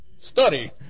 study